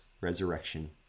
resurrection